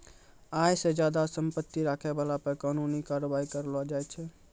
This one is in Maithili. आय से ज्यादा संपत्ति रखै बाला पे कानूनी कारबाइ करलो जाय छै